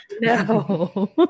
no